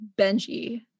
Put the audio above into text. Benji